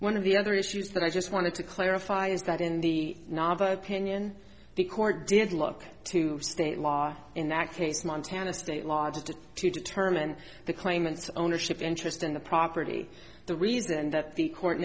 one of the other issues that i just wanted to clarify is that in the novel opinion the court did look to state law in that case montana state law just to determine the claimants ownership interest in the property the reason that the court